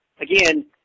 again